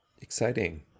exciting